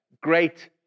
great